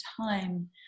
time